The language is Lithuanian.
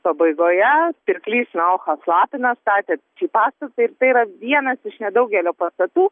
pabaigoje pirklys naochas lapinas statė šį pastatą ir tai yra vienas iš nedaugelio pastatų